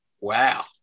Wow